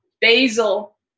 basil